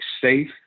safe